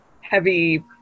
heavy